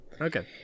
Okay